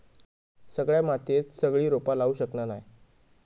सगळ्या मातीयेत सगळी रोपा लावू शकना नाय